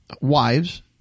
wives